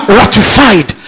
ratified